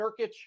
Nurkic